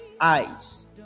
eyes